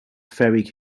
ferry